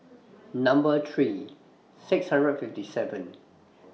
Number three six hundred and fifty seven